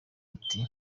ati